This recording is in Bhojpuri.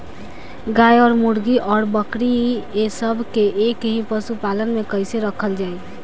गाय और मुर्गी और बकरी ये सब के एक ही पशुपालन में कइसे रखल जाई?